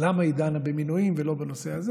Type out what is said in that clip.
ולמה היא דנה במינויים ולא בנושא הזה.